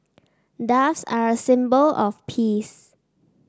doves are a symbol of peace